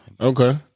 okay